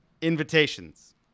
invitations